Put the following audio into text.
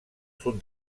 sud